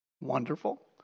wonderful